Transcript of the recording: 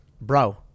Bro